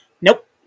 Nope